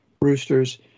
roosters